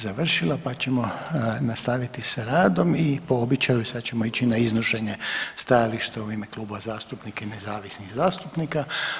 završila pa ćemo nastaviti sa radom i po običaju sad ćemo ići na iznošenje stajališta u ime kluba zastupnika i nezavisnih zastupnika.